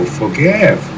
forgive